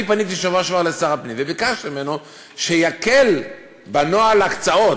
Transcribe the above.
אני פניתי בשבוע שעבר לשר הפנים וביקשתי ממנו שיקל בנוהל ההקצאות.